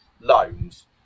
loans